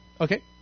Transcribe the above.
Okay